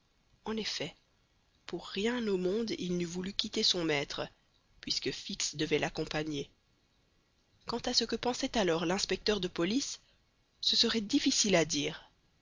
en effet pour rien au monde il n'eût voulu quitter son maître puisque fix devait l'accompagner quant à ce que pensait alors l'inspecteur de police ce serait difficile à dire